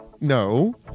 No